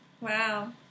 Wow